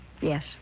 Yes